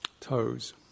toes